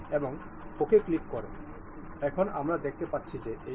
সুতরাং সর্বোপরি আমরা এই ক্র্যাঙ্ক কেসিং গ্রহণ করব